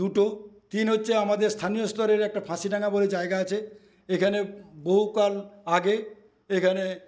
দুটো তিন হচ্ছে আমাদের স্থানীয় স্তরের একটা ফাঁসিডাঙ্গা বলে একটা জায়গা আছে এখানে বহুকাল আগে এখানে